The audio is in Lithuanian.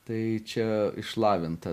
tai čia išlavinta